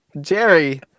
Jerry